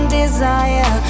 desire